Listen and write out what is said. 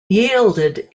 yielded